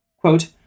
Quote